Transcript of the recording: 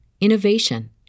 innovation